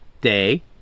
day